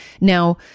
Now